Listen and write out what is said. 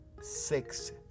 six